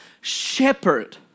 shepherd